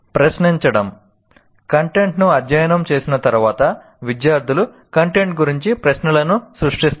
ప్రశ్నించడం కంటెంట్ను అధ్యయనం చేసిన తర్వాత విద్యార్థులు కంటెంట్ గురించి ప్రశ్నలను సృష్టిస్తారు